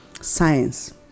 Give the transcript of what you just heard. science